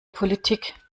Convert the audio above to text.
politik